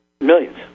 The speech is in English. Millions